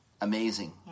Amazing